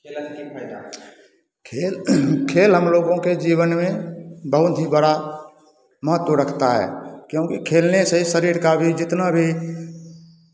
खेल खेल हम लोगों के जीवन में बहुत ही बड़ा महत्व रखता है क्योंकि खेलने से ही शरीर का भी जितना भी